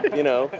but you know,